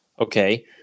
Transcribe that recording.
okay